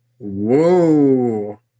whoa